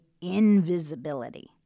invisibility